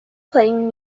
playing